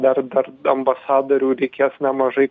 dar dar ambasadorių reikės nemažai